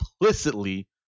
implicitly